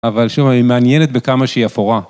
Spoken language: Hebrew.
אבל שוב, היא מעניינת בכמה שהיא אפורה.